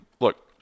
look